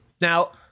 now